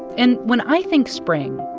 and when i think spring,